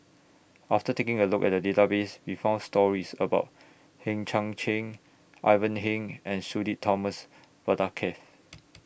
after taking A Look At The Database We found stories about Hang Chang Chieh Ivan Heng and Sudhir Thomas Vadaketh